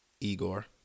Igor